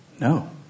No